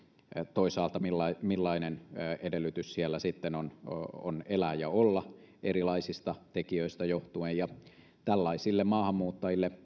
toisaalta millainen millainen edellytys siellä on on elää ja olla erilaisista tekijöistä johtuen ja tällaisille maahanmuuttajille